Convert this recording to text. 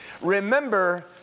Remember